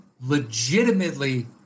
Legitimately